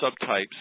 subtypes